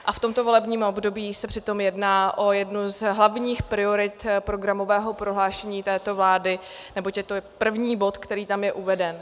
V tomto volebním období se přitom jedná o jednu z hlavních priorit programového prohlášení této vlády, neboť je to první bod, který tam je uveden.